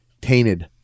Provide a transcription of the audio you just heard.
tainted